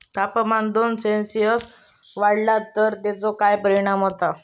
तापमान दोन सेल्सिअस वाढला तर तेचो काय परिणाम होता?